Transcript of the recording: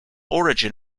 origin